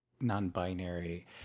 non-binary